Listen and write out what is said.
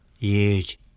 huge